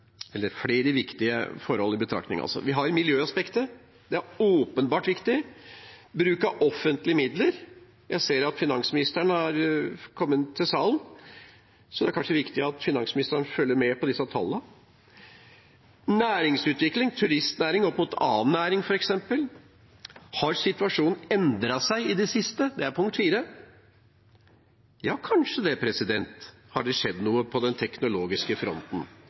forhold i betraktning. Vi har miljøaspektet – det er åpenbart viktig. Vi har bruken av offentlige midler – jeg ser at finansministeren har kommet inn i salen, så det er kanskje viktig at finansministeren følger med på disse tallene. Vi har næringsutviklingen, f.eks. turistnæringen opp mot annen næring. Punkt fire: Har situasjonen endret seg i det siste? Ja, kanskje har det skjedd noe på den teknologiske fronten.